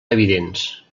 evidents